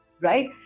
right